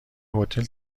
هتل